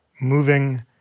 moving